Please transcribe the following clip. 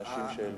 לאנשים שהעלו.